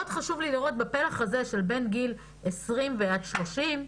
מאוד חשוב לי לראות בפלח הזה של בין גיל 20 עד 30,